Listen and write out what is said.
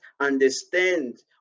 understand